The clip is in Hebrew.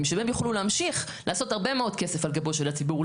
שהם יוכלו להמשיך לעשות הרבה מאוד כסף על גבו של הציבור,